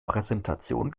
präsentation